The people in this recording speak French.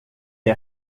est